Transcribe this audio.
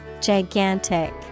Gigantic